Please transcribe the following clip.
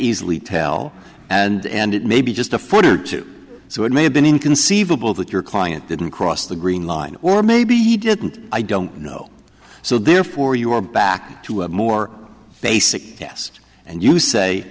easily tell and it may be just a foot or two so it may have been inconceivable that your client didn't cross the green line or maybe he didn't i don't know so therefore you are back to a more basic test and you say